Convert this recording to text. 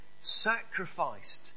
Sacrificed